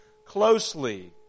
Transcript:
closely